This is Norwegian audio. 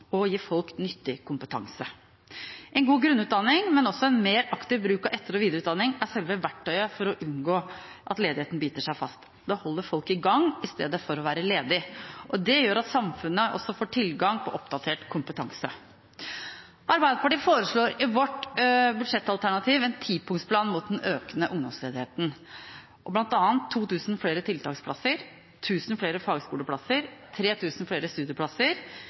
og gi folk nyttig kompetanse. En god grunnutdanning, men også en mer aktiv bruk av etter- og videreutdanning er selve verktøyet for å unngå at ledigheten biter seg fast. Det holder folk i gang i stedet for at de er ledige. Det gjør at samfunnet får tilgang på oppdatert kompetanse. Arbeiderpartiet foreslår i sitt budsjettalternativ en tipunktsplan mot den økende ungdomsledigheten, med bl.a. 2 000 flere tiltaksplasser, 1 000 flere fagskoleplasser, 3 000 flere studieplasser,